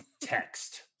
text